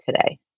today